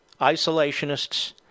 isolationists